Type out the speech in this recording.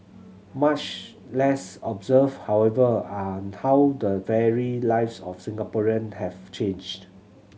much less observed however are how the very lives of Singaporean have changed